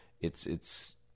it's—it's